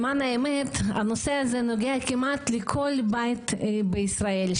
למען האמת, הנושא הזה נוגע כמעט לכל בית בישראל.